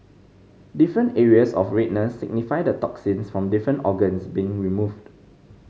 different areas of redness signify the toxins from different organs being removed